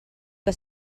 que